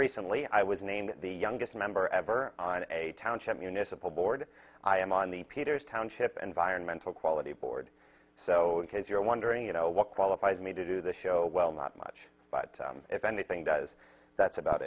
recently i was named the youngest member ever on a township municipal board i am on the peters township environmental quality board so because you're wondering you know what qualifies me to do the show well not much but if anything does that's about